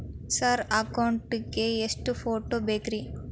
Sir account ಗೇ ಎಷ್ಟು photo ಬೇಕ್ರಿ?